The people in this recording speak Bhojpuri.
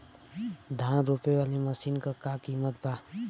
धान रोपे वाली मशीन क का कीमत बा?